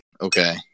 Okay